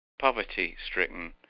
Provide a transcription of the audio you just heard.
poverty-stricken